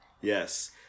yes